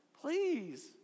Please